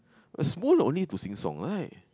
only to sing song right